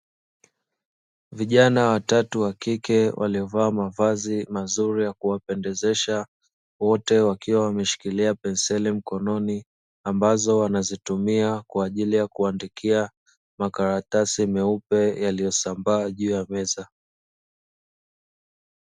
Vijana watatu wa kike waliovaa mavazi mazuri ya kuwapendezesha wote wakiwa wameshikilia penseli mkononi, ambazo wanazitumia kwa ajili ya kuandikia makaratasi meupe yaliyosambaa juu ya meza.